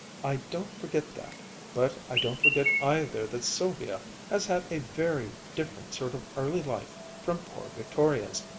i don't forget that but i don't forget either that sylvia has had a very different sort of early life from poor victoria's.